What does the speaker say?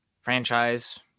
franchise